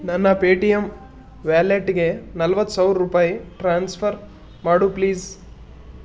ನನ್ನ ಪೇಟಿಯಮ್ ವ್ಯಾಲೆಟ್ಗೆ ನಲ್ವತ್ತು ಸಾವಿರ ರೂಪಾಯಿ ಟ್ರಾನ್ಸ್ಫರ್ ಮಾಡು ಪ್ಲೀಸ್